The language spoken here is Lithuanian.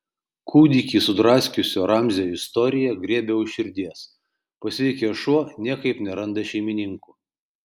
kūdikį sudraskiusio ramzio istorija griebia už širdies pasveikęs šuo niekaip neranda šeimininkų